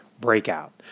breakout